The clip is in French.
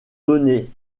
données